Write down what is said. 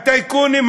הטייקונים,